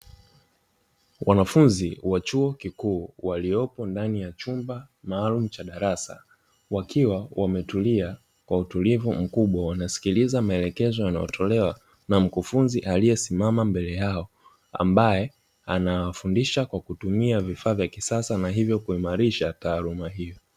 Wanafunzi wa chuo kikuu, waliopo ndani ya chumba maalumu cha darasa, wakiwa wametulia kwa utulivu mkubwa. Wanasikiliza maelekezo yanayotolewa na mkufunzi aliyesimama mbele yao, ambaye anawafundisha kwa kutumia vifaa vya kisasa na hivyo kuimarisha taaluma hiyo.